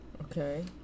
Okay